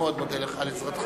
מאוד מודה לך על עזרתך.